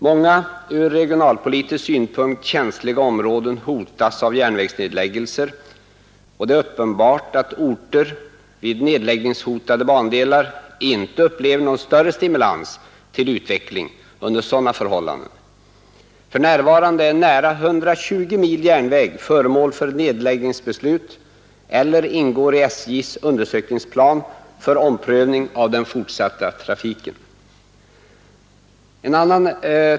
Många från regionalpolitisk synpunkt känsliga områden hotas av järnvägsnedläggelser, och det är uppenbart att orter vid nedläggningshotade bandelar inte upplever någon större stimulans till utveckling under sådana förhållanden. För närvarande är nära 120 mil järnväg föremål för nedläggningsbeslut eller ingår i SJ:s undersökningsplan för omprövning av den fortsatta trafiken.